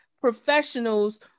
professionals